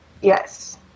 Yes